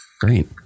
Great